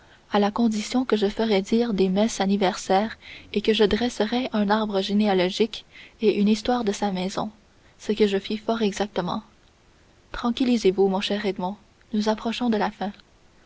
à la condition que je ferais dire des messes anniversaires et que je dresserais un arbre généalogique et une histoire de sa maison ce que je fis fort exactement tranquillisez-vous mon cher edmond nous approchons de la fin